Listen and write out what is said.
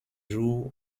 jour